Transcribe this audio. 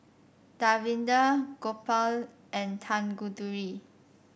Davinder Gopal and Tanguturi